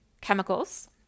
chemicals